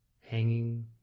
hanging